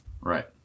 Right